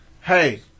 Hey